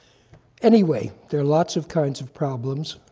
anyway, there are lots of kinds of problems.